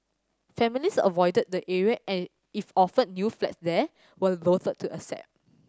families avoided the area and if offered new flats there were loathe to accept